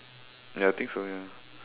ya I think so ya